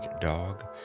dog